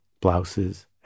blouses